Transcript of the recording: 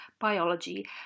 biology